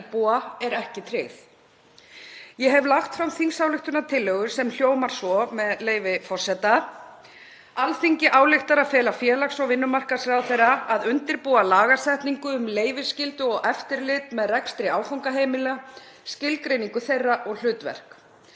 íbúa er ekki tryggð. Ég hef lagt fram þingsályktunartillögu sem hljóðar svo, með leyfi forseta: „Alþingi ályktar að fela félags- og vinnumarkaðsráðherra að undirbúa lagasetningu um leyfisskyldu og eftirlit með rekstri áfangaheimila, skilgreiningu þeirra og hlutverk.“